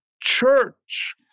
church